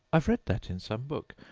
i've read that in some book,